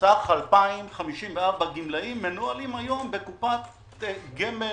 סך 2,054 גמלאים, מנוהלים היום בקופת גמל